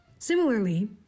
Similarly